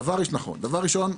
דבר ראשון,